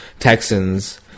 Texans